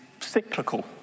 cyclical